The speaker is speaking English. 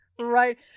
right